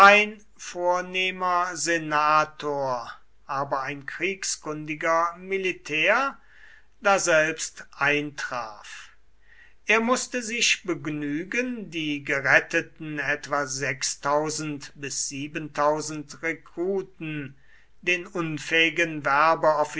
vornehmer senator aber ein kriegskundiger militär daselbst eintraf er mußte sich begnügen die geretteten etwa bis rekruten den unfähigen